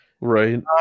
Right